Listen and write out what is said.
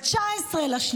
ב-19 במרץ